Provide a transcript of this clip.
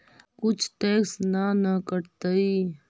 कुछ टैक्स ना न कटतइ?